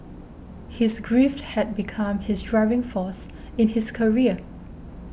his grief had become his driving force in his career